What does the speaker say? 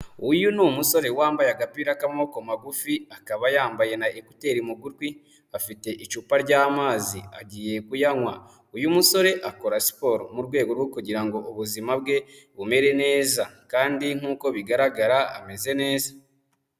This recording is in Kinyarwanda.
Uyu musore wambaye agapira k’amaboko magufi, akaba yambaye na ekuteri mu gutwi, afite icupa ry’amazi agiye kuyanywa. Uyu musore akora siporo mu rwego rwo kugira ngo ubuzima bwe bumere neza, kandi nk’uko bigaragara, ameze neza.